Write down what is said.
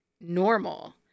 normal